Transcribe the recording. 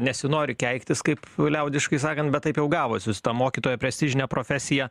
nesinori keiktis kaip liaudiškai sakant bet taip jau gavosi su ta mokytojo prestižine profesija